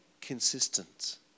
consistent